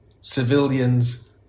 civilians